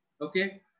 Okay